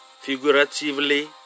figuratively